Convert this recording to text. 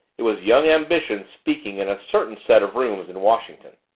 it was young ambition speaking in a certain set of rooms in washington.